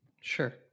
Sure